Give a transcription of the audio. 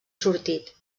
sortit